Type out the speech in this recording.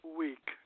week